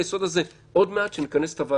עדיין הוא יכול להיות הגורם המקשר במובן הזה שהוא